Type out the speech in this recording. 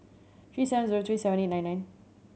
three seven zero three seven eight nine nine